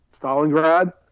Stalingrad